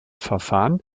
verfahren